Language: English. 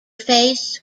face